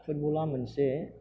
फुटबला मोनसे